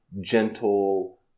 gentle